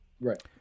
Right